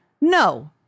no